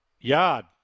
yard